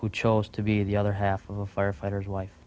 who chose to be the other half of a firefighters wife